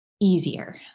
easier